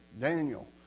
Daniel